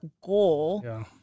goal